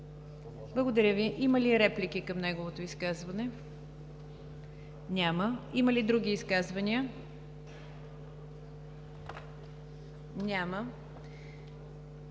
Благодаря Ви. Има ли реплики към неговото изказване? Няма. Има ли други изказвания? Няма.